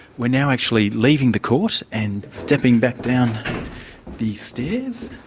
we're now actually leaving the court and stepping back down the stairs.